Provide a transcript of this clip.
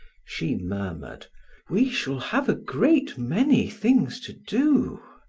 she murmured we shall have a great many things to do!